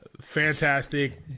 Fantastic